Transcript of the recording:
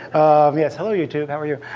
yes, hello, youtube. how are you?